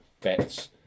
bets